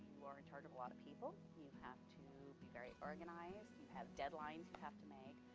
you are in charge of a lot of people. you have to be very organized, you have deadlines you have to make,